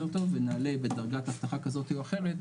טוב ונעלה בדרגת אבטחה כזאת או אחרת,